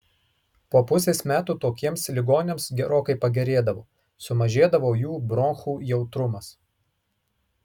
po pusės metų tokiems ligoniams gerokai pagerėdavo sumažėdavo jų bronchų jautrumas